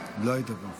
לא היית פה.